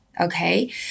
okay